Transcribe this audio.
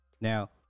Now